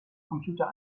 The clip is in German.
computer